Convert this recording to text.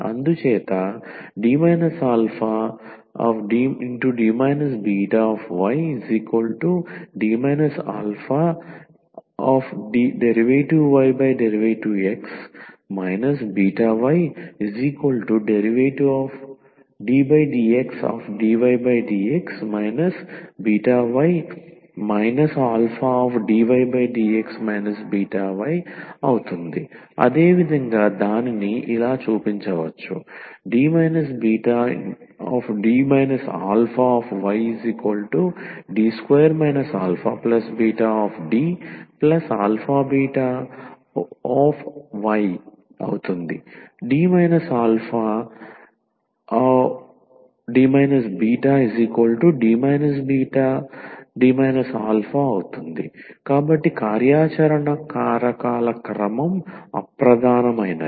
అందుచేత D αD βyD αdydx βyddxdydx βy αdydx βy అదేవిధంగా దానిని చూపించవచ్చు D βD αyD2 αβDαβy D αD βD βD α కాబట్టి కార్యాచరణ కారకాల క్రమం అప్రధానమైనది